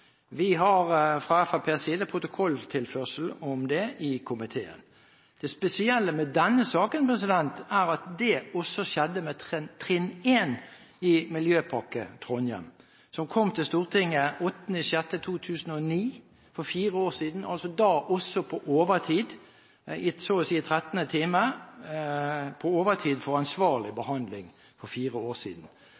Vi har fra Fremskrittspartiets side en protokolltilførsel om det i komiteen. Det spesielle med denne saken er at dette også skjedde med trinn 1 i Miljøpakke Trondheim, som kom til Stortinget 8. juni 2009 – for fire år siden – da også på overtid, så å si i 13. time, med tanke på en ansvarlig